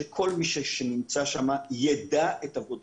שכל מי שנמצא שם ידע את עבודתו.